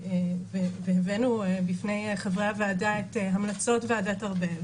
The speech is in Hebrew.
הבאנו בפני חברי הוועדה את המלצות ועדת ארבל.